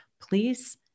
please